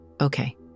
Okay